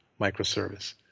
microservice